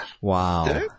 Wow